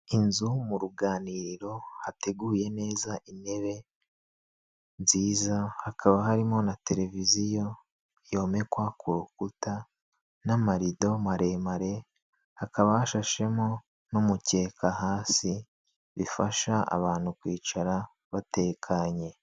Inzu mu ruganiriro hateguye neza intebe nziza hakaba harimo na televiziyo yomekwa ku rukuta, n'amarido maremare hakaba hashashemo n'umukeka hasi, bifasha abantu kwicara batekanye.